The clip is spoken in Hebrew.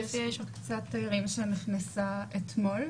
גברתי, יש קבוצת תיירים שנכנסה אתמול.